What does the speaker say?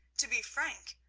to be frank,